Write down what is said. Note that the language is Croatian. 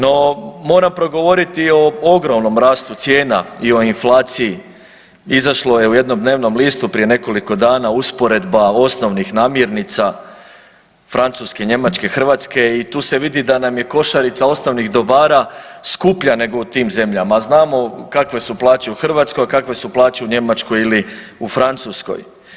No, moram progovoriti o ogromnom rastu cijena i inflaciji, izašlo je u jednom dnevnom listu prije nekoliko dana usporedba osnovnih namirnica Francuske, Njemačke i Hrvatske i tu se vidi da nam je košarica osnovnih dobara skuplja nego u tim zemljama, a znamo kakve su plaće u Hrvatskoj, a kakve su plaće u Njemačkoj ili u Francuskoj.